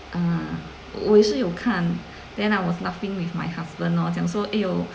mm 嗯我也是有看 then I was laughing with my husband lor 讲说 !aiyo!